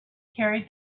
carried